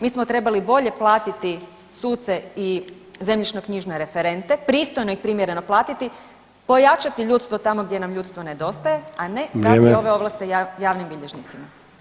Mi smo trebali bolje platiti suce i zemljišnoknjižne referente, pristojno i primjereno platiti, pojačati ljudstvo tamo nam ljudstvo nedostaje, a ne dati [[Upadica: Vrijeme.]] ove ovlasti javnim bilježnicima.